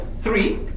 three